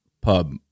pub